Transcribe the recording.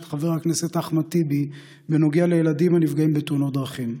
חבר הכנסת אחמד טיבי בנוגע לילדים הנפגעים בתאונות דרכים.